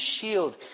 shield